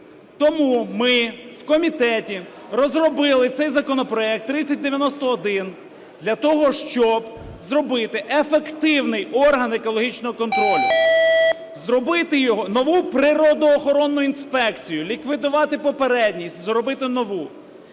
Тому ми в комітеті розробили цей законопроект 3091 для того, щоб зробити ефективний орган екологічного контролю, зробити нову природоохоронну інспекцію, ліквідувати попередні і зробити нову.